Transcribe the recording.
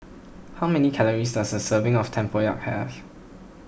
how many calories does a serving of Tempoyak have